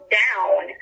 down